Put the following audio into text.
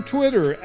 Twitter